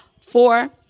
Four